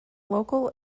local